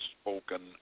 spoken